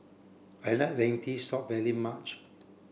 I like Lentil soup very much